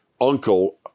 uncle